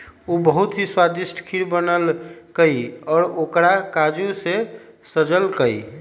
उ बहुत ही स्वादिष्ट खीर बनल कई और ओकरा काजू से सजल कई